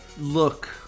look